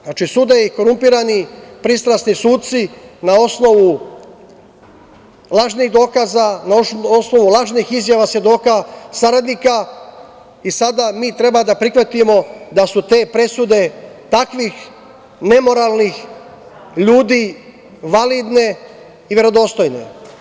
Znači, sude im korumpirani, pristrasni suci na osnovu lažnih dokaza, na osnovu lažnih izjava svedoka saradnika i sada mi treba da prihvatimo da su te presude takvih nemoralnih ljudi validne i verodostojne.